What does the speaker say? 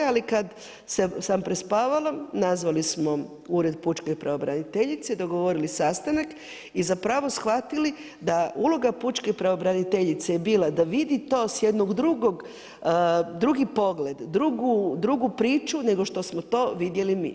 Ali kada sam prespavala nazvali smo Ured pučke pravobraniteljice, dogovorili sastanak i zapravo shvatili da uloga pučke pravobraniteljice je bilo to da vidi to s jednog drugog drugi pogled, drugu priču nego što smo to vidjeli mi.